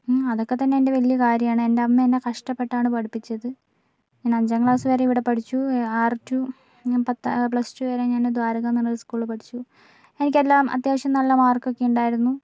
അതൊക്കെ തന്നെ എൻ്റെ വലിയ കാര്യമാണ് എൻ്റെ അമ്മ എന്നെ കഷ്ടപ്പെട്ടാണ് പഠിപ്പിച്ചത് ഞാൻ അഞ്ചാം ക്ലാസ് വരെ ഇവിടെ പഠിച്ചു ആറ് ടു ഞാൻ പ്ലസ്ടു വരെ ഞാൻ ദ്വാരകയെന്ന് പറഞ്ഞൊരു സ്കൂളിൽ പഠിച്ചു എനിക്കെല്ലാം അത്യാവശ്യം നല്ല മാർക്കൊക്കെ ഉണ്ടായിരുന്നു